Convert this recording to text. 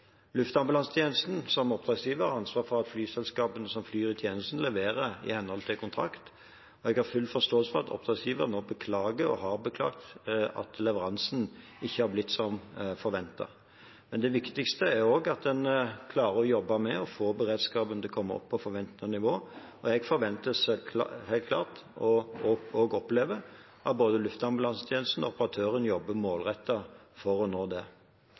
Luftambulansetjenesten som oppdragsgiver har ansvar for at flyselskapene som flyr i tjenesten, leverer i henhold til kontrakt. Jeg har full forståelse for at oppdragsgiver nå beklager, og har beklaget, at leveransen ikke har blitt som forventet. Men det viktigste er at en klarer å jobbe med å få beredskapen til å komme opp på forventet nivå. Jeg forventer helt klart, og opplever også, at både Luftambulansetjenesten og operatøren jobber målrettet for å nå det.